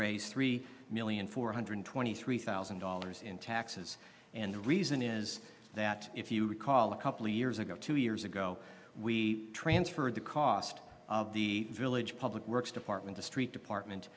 raise three million four hundred twenty three thousand dollars in taxes and the reason is that if you recall a couple of years ago two years ago we transferred the cost of the village public works department to street department